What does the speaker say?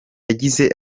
yagize